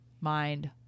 Mind